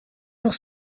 pour